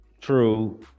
True